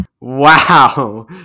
Wow